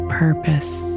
purpose